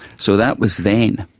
so that was then.